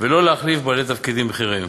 ולא להחליף בעלי תפקידים בכירים.